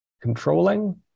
controlling